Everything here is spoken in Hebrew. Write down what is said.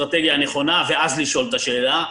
האסטרטגיה הנכונה ואז לשאול את השאלה.